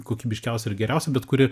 kokybiškiausia ir geriausia bet kuri